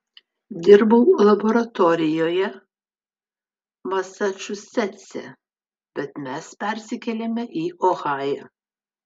dirbau laboratorijoje masačusetse bet mes persikėlėme į ohają